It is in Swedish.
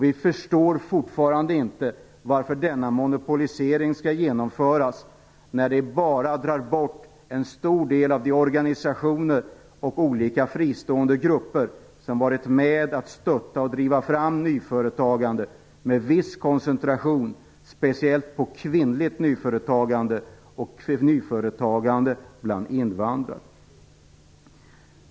Vi förstår fortfarande inte varför denna monopolisering skall genomföras när det bara drar bort en stor del av de organisationer och olika fristående grupper som varit med att stötta och driva fram nyföretagande, med viss koncentration på speciellt kvinnligt nyföretagande och nyföretagande bland invandrare.